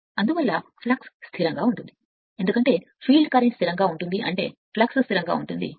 అందువల్ల ఫ్లక్స్ స్థిరంగా ఉంటుంది ఎందుకంటే ఫీల్డ్ కరెంట్ స్థిరంగా ఉంటుంది అంటే ఫ్లక్స్ స్థిరంగా ఉంటుంది